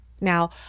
Now